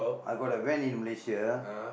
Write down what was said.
I got a van in Malaysia